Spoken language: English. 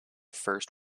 first